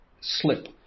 slip